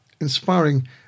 inspiring